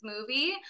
movie